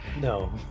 No